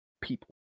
people